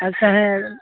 ᱟᱪᱪᱷᱟ ᱦᱮᱸ